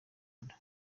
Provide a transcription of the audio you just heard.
nda